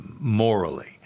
morally